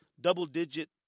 Double-digit